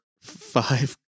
five